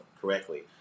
correctly